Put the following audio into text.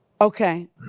Okay